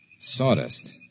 Sawdust